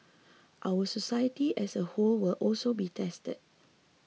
our society as a whole will also be tested